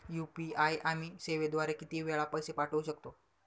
UPI आम्ही सेवेद्वारे किती वेळा पैसे पाठवू शकतो?